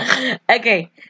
Okay